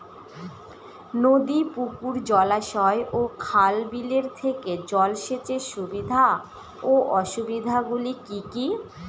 নদী পুকুর জলাশয় ও খাল বিলের থেকে জল সেচের সুবিধা ও অসুবিধা গুলি কি কি?